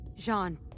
Jean